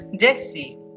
Jessie